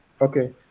Okay